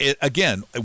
again